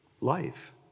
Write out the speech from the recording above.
life